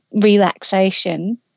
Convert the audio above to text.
relaxation